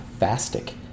Fastic